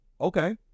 Okay